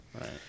Right